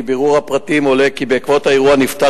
מבירור הפרטים עולה כי בעקבות האירוע נפתח